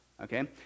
okay